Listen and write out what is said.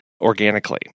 organically